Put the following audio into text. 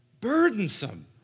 Burdensome